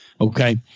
okay